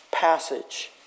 passage